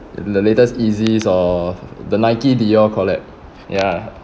the latest yeezys or the nike dior collab ya